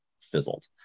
fizzled